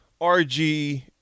RG